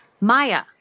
Maya